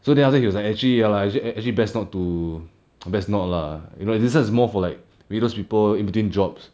so then after he was like actually ya lah actually actually best not to best not lah you know this one is more for like maybe those people in between jobs